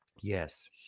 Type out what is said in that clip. Yes